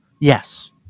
Yes